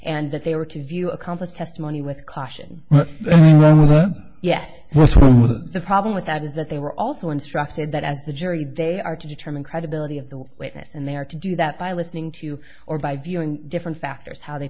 and that they were to view accomplice testimony with caution yes the problem with that is that they were also instructed that as the jury they are to determine credibility of the witness and they are to do that by listening to or by viewing different factors how they